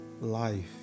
life